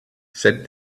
said